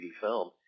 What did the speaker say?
film